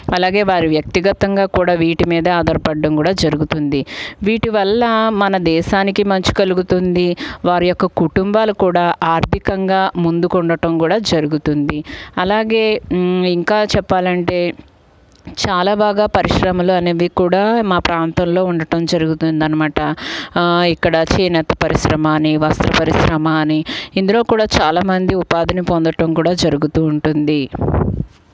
అలాగే వారు వ్యక్తిగతంగా కూడా వీటి మీద ఆధారపడడం కూడా జరుగుతుంది వీటి వల్ల మన దేశానికి మంచి కలుగుతుంది వారి యొక్క కుటుంబాలు కూడా ఆర్థికంగా ముందుకు ఉండటం కూడా జరుగుతుంది అలాగే ఇంకా చెప్పాలంటే చాలా బాగా పరిశ్రమలు అనేవి కూడా మా ప్రాంతంలో ఉండటం జరుగుతుంది అనమాట ఇక్కడ చేనేత పరిశ్రమ అని వస్త్ర పరిశ్రమ అని ఇందులో కూడా చాలామంది ఉపాధి పొందడం కూడా తిరుగుతూ ఉంటుంది